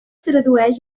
tradueix